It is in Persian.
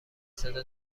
صدا